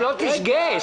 שלא תשגה,